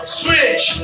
switch